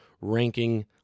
ranking